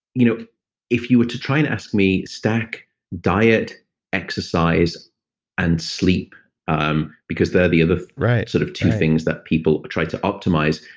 you know if you were to try and ask me, stack diet exercise and sleep um because they're the other sort of two things that people try to optimize.